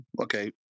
okay